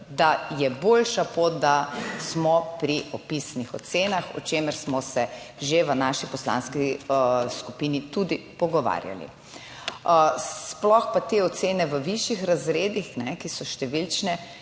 da je boljša pot, da smo pri opisnih ocenah, o čemer smo se že v naši poslanski skupini tudi pogovarjali. Sploh pa te ocene v višjih razredih, ki so številčne,